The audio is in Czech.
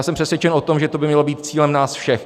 Jsem přesvědčen o tom, že to by mělo být cílem nás všech.